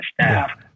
staff